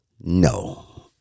No